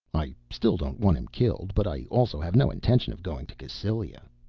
i still don't want him killed, but i also have no intention of going to cassylia.